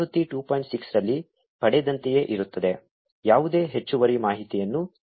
6 ರಲ್ಲಿ ಪಡೆದಂತೆಯೇ ಇರುತ್ತದೆ ಯಾವುದೇ ಹೆಚ್ಚುವರಿ ಮಾಹಿತಿಯನ್ನು ಹಿಂತಿರುಗಿಸಲಾಗಿಲ್ಲ